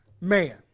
man